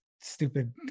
stupid